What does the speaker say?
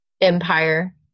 empire